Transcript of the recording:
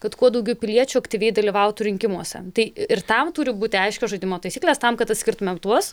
kad kuo daugiau piliečių aktyviai dalyvautų rinkimuose tai ir tam turi būti aiškios žaidimo taisyklės tam kad atskirtumėm tuos